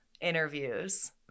interviews